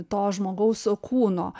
to žmogaus kūno